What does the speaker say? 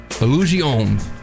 Illusion